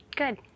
Good